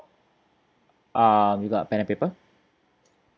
um you got a pen and paper